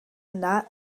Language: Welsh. yna